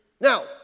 Now